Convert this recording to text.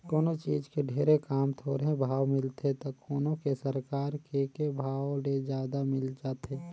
कोनों चीज के ढेरे काम, थोरहें भाव मिलथे त कोनो के सरकार के के भाव ले जादा मिल जाथे